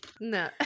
No